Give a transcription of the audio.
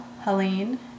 helene